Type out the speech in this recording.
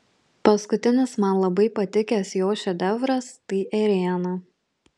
paskutinis man labai patikęs jo šedevras tai ėriena